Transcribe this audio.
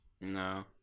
No